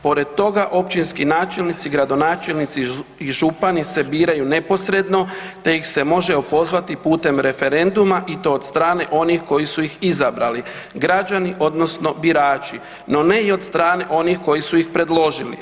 Pored toga, općinski načelnici, gradonačelnici i župani se se biraju neposredno te ih se može opozvati putem referenduma i to od strane onih koji su ih izabrali, građani odnosno birači, no ne i od strane onih koji su ih predložili.